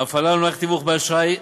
(הפעלת מערכת לתיווך באשראי),